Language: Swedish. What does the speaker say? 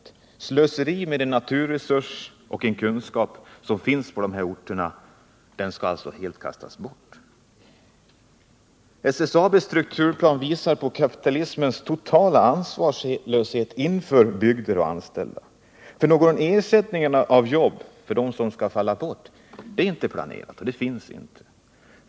Det är slöseri med en naturresurs, och den kunskap som finns på de här orterna kastas bort. SSAB:s strukturplan visar kapitalismens totala ansvarslöshet inför bygder och anställda, ty några ersättningsarbeten för dem som skall falla bort är inte planerade.